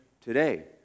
today